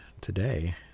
today